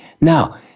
Now